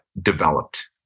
developed